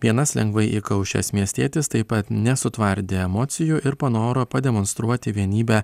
vienas lengvai įkaušęs miestietis taip pat nesutvardė emocijų ir panoro pademonstruoti vienybę